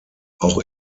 auch